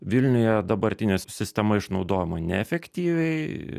vilniuje dabartinė sistema išnaudojama neefektyviai